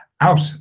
out